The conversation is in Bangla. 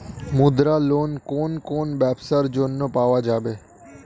মুদ্রা লোন কোন কোন ব্যবসার জন্য পাওয়া যাবে?